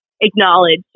acknowledge